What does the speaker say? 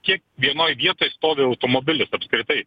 kiek vienoj vietoj stovi automobilis apskritai